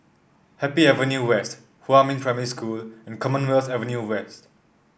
Happy Avenue West Huamin Primary School and Commonwealth Avenue West